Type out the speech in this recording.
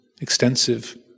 extensive